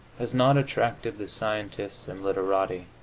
has not attracted the scientists and literati